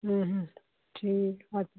ਹੂ ਹੂ ਠੀਕ ਅੱਛਾ